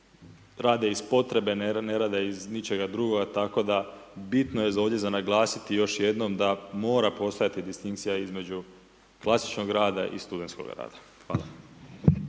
rade iz potrebne, ne rade iz ničega drugoga, tako da bitno je ovdje za naglasiti još jednom da mora postojati distinkcija između klasičnog rada i studentskoga rada. Hvala